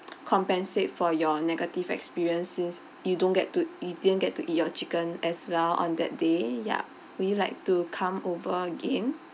compensate for your negative experience since you don't get to you didn't get to eat your chicken as well on that day yup would you like to come over again